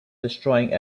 destroying